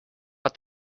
but